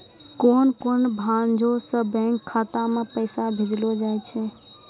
कोन कोन भांजो से बैंक खाता मे पैसा भेजलो जाय छै?